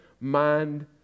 mind